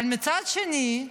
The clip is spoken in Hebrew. אבל מצד שני,